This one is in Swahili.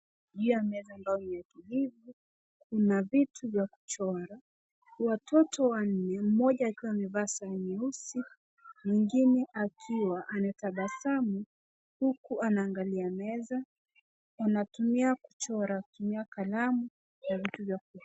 Juu ya meza ambayo ni ya kijivu, kuna vitu yaa kuchora. Watoto wanne, mmoja akiwa amevaa saa nyeusi, mwingine akiwa anatabasamu huku anaangalia meza, wanatumia kuchora kutumia kalamu na vitu vya kuchora.